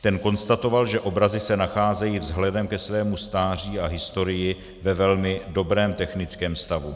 Ten konstatoval, že obrazy se nacházejí vzhledem ke svému stáří a historii ve velmi dobrém technickém stavu.